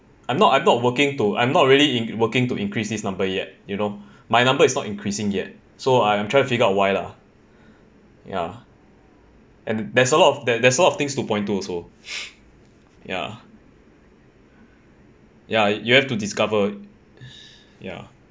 I'm not I'm not working to I'm not really in working to increase this number yet you know my number is not increasing yet so I am trying to figure out why lah ya and there's a lot of there's a lot of things to point to also ya ya you have to discover ya